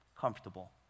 comfortable